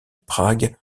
prague